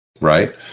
Right